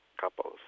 couples